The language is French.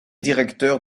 directeur